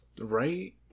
right